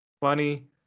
funny